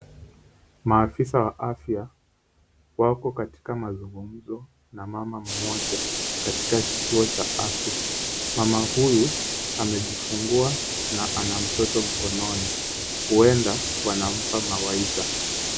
Maafisa wa afya, wako katika mazungumzo na mama mmoja, katika kituo cha afya. Mama huyu amejifungua na ana mtoto mkononi. Huenda wanampa mawaidha.